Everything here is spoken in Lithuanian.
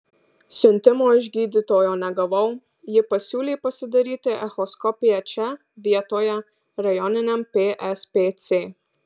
siuntimo iš gydytojo negavau ji pasiūlė pasidaryti echoskopiją čia vietoje rajoniniam pspc